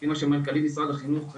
כמו שמנכ"לית משרד החינוך אמרה,